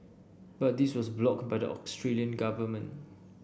but this was blocked by the Australian government